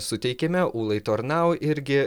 suteikėme ūlai tornau irgi